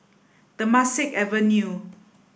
Temasek Avenue